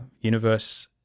universe